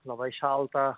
labai šalta